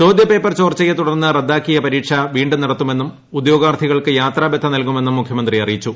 ചോദ്യപേപ്പർ ചോർച്ചുയെ തുടർന്ന് റദ്ദാക്കിയ പരീക്ഷ വീണ്ടും നടത്തുമെന്നും ഉദ്യോഗാർത്ഥികൾക്ക് യാത്രാബത്ത നല്കുമെന്നും മുഖ്യമന്ത്രി അറിയിച്ചു